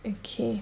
okay